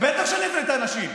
בטח שאני מביא את האנשים.